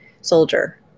soldier